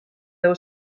deu